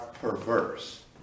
perverse